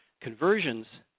conversions